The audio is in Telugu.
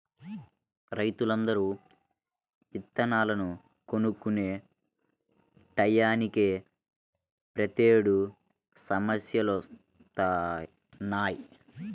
రైతులందరూ ఇత్తనాలను కొనుక్కునే టైయ్యానినే ప్రతేడు సమస్యలొత్తన్నయ్